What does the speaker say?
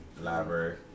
Library